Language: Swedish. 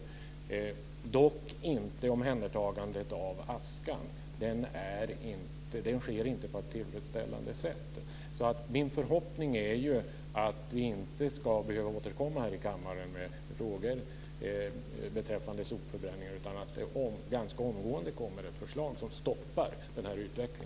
Det gäller dock inte omhändertagandet av askan. Den sker inte på ett tillfredsställande sätt. Min förhoppning är att vi inte ska behöva återkomma här i kammaren med frågor beträffande sopförbränningen, utan att det ganska omgående kommer ett förslag som stoppar denna utveckling.